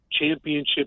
championship